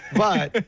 but.